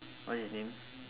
what's his name